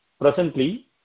Presently